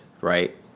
right